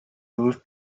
used